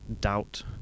doubt